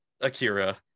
Akira